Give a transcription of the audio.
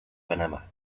panamá